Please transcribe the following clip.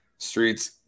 Streets